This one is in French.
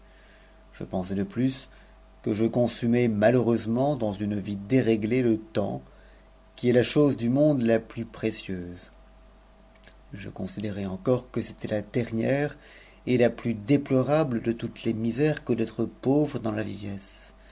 je pensai de plus que je consumais peureusement dans une vie déréglée le temps qui est la chose du monde la plus précieuse je considérai encore que c'était la dernière et la nhis déplorable de toutes les misères que d'être pauvre dans la vieillesse